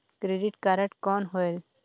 Credit card कौन होएल?